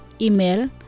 Email